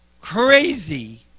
crazy